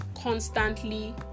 constantly